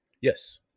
yes